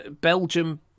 Belgium